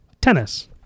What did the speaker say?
tennis